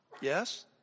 Yes